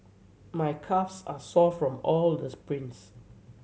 my calves are sore from all the sprints